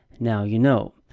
now you know.